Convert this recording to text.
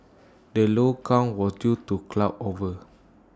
the low count was due to cloud over